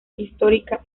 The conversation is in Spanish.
histórica